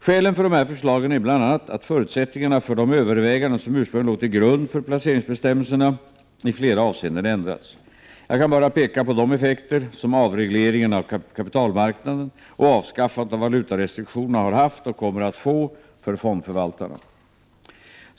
Skälen för dessa förslag är bl.a. att förutsättningarna för de överväganden som ursprungligen låg till grund för placeringsbestämmelserna i flera avseenden ändrats. Jag kan bara peka på de effekter som avregleringen av kapitalmarknaden och avskaffandet av valutarestriktionerna har haft och kommer att få för fondförvaltarna.